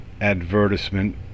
advertisement